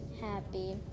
happy